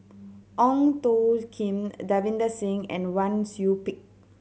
Ong Tjoe Kim Davinder Singh and Wang Sui Pick